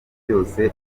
byose